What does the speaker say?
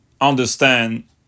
understand